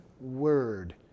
word